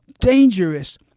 dangerous